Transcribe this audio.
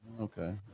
Okay